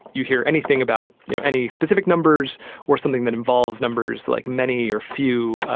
you hear anything about any specific numbers or something that involves numbers like many or few,